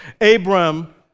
Abram